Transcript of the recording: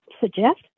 suggest